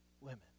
women